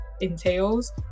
entails